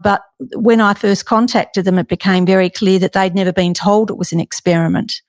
but when i first contacted them it became very clear that they'd never been told it was an experiment